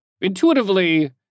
intuitively